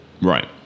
Right